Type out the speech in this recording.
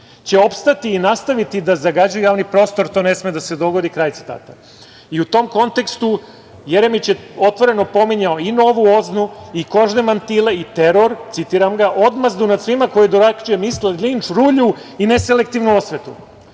će opstati i nastaviti da zagađuju javni prostor, to ne sme da se dogodi“ kraj citata.I u tom kontekstu Jeremić je otvoreno pominjao i novu OZNU i kožne mantile i teror, citiram ga „Odmazdu nad svima koji drugačije misle, linč rulju i neselektivnu osvetu“.